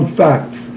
facts